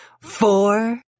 four